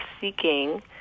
seeking